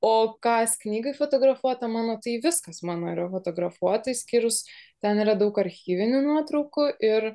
o kas knygai fotografuota mano tai viskas mano yra fotografuota išskyrus ten yra daug archyvinių nuotraukų ir